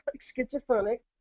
schizophrenic